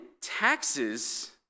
taxes